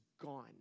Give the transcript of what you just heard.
gone